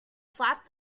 flap